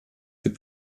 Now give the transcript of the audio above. gibt